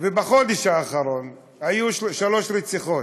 ובחודש האחרון היו שלוש רציחות.